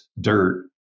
dirt